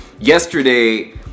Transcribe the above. yesterday